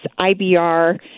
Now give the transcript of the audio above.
IBR